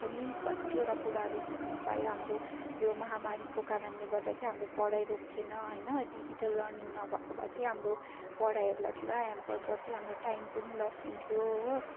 पनि कत्तिवटा कुराहरू सिक्नु पायौँ हाम्रो यो महामारीको कारणले गर्दा चाहिँ हाम्रो पढाइ रोकिएन होइन डिजिटल लर्निङ नभएको भए चाहिँ हाम्रो पढाइहरूलाई पुरा हेम्पर पर्थ्यो हाम्रो टाइम पनि लस हुन्थ्यो हो